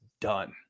done